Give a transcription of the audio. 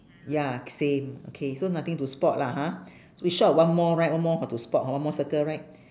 ya k~ same okay so nothing to spot lah ha so we short of one more right one more hor to spot one more circle right